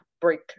break